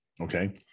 Okay